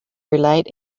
relate